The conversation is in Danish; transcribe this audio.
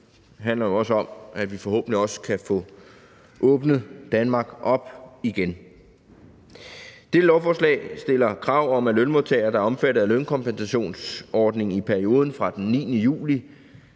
Det handler også om, at vi forhåbentlig også kan få åbnet Danmark op igen. Dette lovforslag stiller krav om, at lønmodtagere, der er omfattet af lønkompensationsordningen i perioden fra den 9. juli